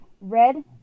red